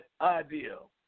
ideal